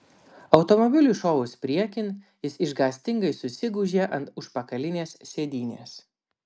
automobiliui šovus priekin jis išgąstingai susigūžė ant užpakalinės sėdynės